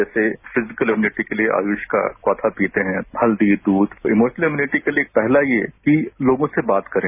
जैसे physical immunity के लिए आयुष का काढ़ा पीते हैं हल्दी दूध इमोशनल इम्युनिटी के लिए पहला ये कि लोगों से बात करें